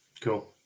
Cool